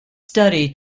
study